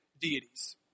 deities